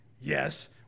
Yes